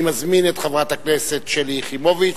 אני מזמין את חברת הכנסת שלי יחימוביץ,